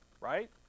right